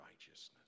righteousness